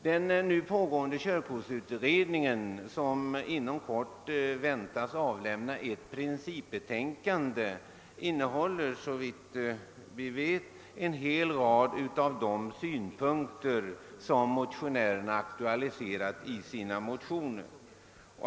Den nu pågående körkortsutredningen, som inom kort väntas avlämna ett principbetänkande, kan man väl utgå ifrån skall innehålla en hel rad av de synpunkter som motionärerna aktualiserat i sina motioner.